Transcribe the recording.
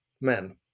men